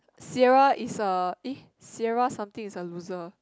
Sierra is a eh Sierra something is a loser